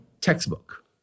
textbook